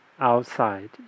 outside